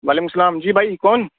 وعلیکم السّلام جی بھائی کون